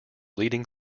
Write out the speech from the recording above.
leading